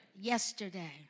yesterday